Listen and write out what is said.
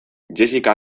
jessica